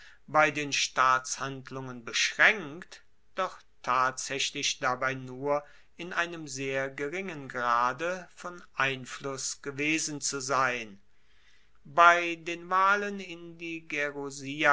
bei den staatshandlungen beschraenkt doch tatsaechlich dabei nur in einem sehr geringen grade von einfluss gewesen zu sein bei den wahlen in die